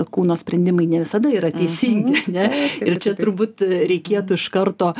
kūno sprendimai ne visada yra teisingi ane ir čia turbūt reikėtų iš karto